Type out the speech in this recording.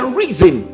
reason